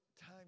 time